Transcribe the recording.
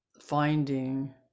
finding